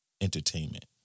entertainment